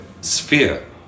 sphere